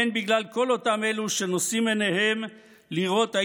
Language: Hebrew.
והן בגלל כל אותם אלו שנושאים עיניהם לראות אם